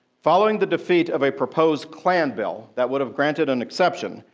following the defeat of a proposed klan bill that would have granted an exception,